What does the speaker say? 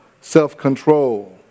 self-control